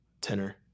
tenor